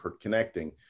connecting